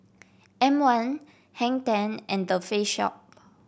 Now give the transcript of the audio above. M one Hang Ten and The Face Shop